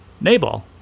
Nabal